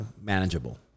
manageable